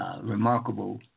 remarkable